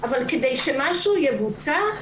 אבל כדי שמשהו יבוצע,